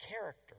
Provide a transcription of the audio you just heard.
character